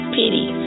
pity